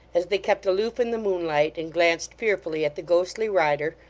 as they kept aloof in the moonlight and glanced fearfully at the ghostly rider,